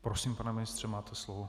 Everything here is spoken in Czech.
Prosím, pane ministře, máte slovo.